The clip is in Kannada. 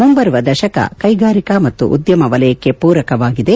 ಮುಂಬರುವ ದಶಕ ಕ್ಷೆಗಾರಿಕಾ ಮತ್ತು ಉದ್ಯಮ ವಲಯಕ್ಕೆ ಪೂರಕವಾಗಿದೆ